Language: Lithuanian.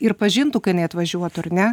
ir pažintų kai jinai atvažiuotų ar ne